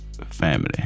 family